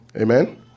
Amen